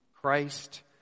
Christ